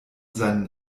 seinen